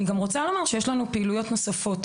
אני גם רוצה לומר שיש לנו פעילויות נוספות.